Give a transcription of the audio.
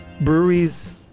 breweries